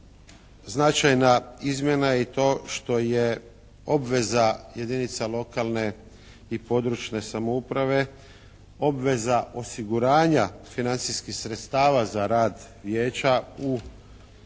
značajna izmjena je i to što je obveza jedinica lokalne i područne samouprave obveza osiguranja financijskih sredstava za rad Vijeća u svojim